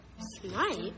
Snipe